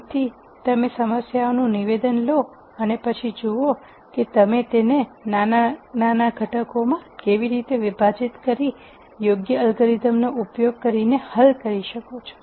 તેથી તમે સમસ્યાનું નિવેદન લો અને પછી જુઓ કે તમે તેને નાના ઘટકોમાં કેવી રીતે વિભાજિત કરી યોગ્ય અલ્ગોરિધમનો ઉપયોગ કરીને હલ કરી શકો છો